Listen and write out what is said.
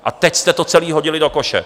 A teď jste to celé hodili do koše.